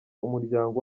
umuryango